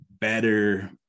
better